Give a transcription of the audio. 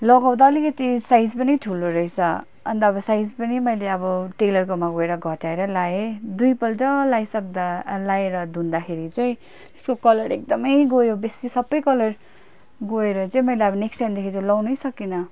लगाउँदा अलिकति साइज पनि ठुलो रहेछ अन्त अब साइज पनि मैले अब टेलरकोमा गएर घटाएर लगाएँ दुईपल्ट लाइसक्दा लाएर धुँदाखेरि चाहिँ त्यसको कलर एकदमै गयो बेसी सबै कलर गएर चाहिँ मैले अब नेक्स्ट टाइमदेखि चाहिँ लगाउनै सकिनँ